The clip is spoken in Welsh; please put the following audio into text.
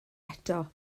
eto